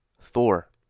Thor